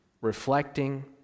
reflecting